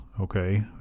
okay